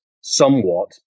somewhat